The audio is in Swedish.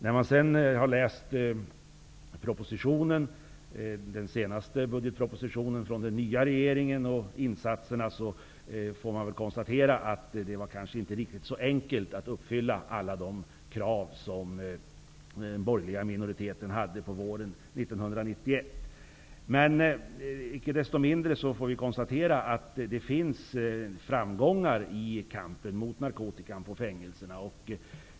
När man sedan tog del av den senast budgetpropositionen från den nya regeringen, kunde man konstatera att det var kanske inte så enkelt att uppfylla alla de krav som den borgerliga minoriteten ställde under våren 1991. Icke desto mindre har det skett framgångar i kampen mot narkotika på fängelserna.